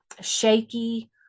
shaky